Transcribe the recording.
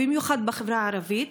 במיוחד בחברה הערבית,